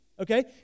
Okay